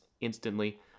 instantly